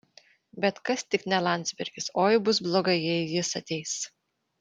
bet kas tik ne landsbergis oi bus blogai jei jis ateis